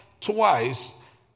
twice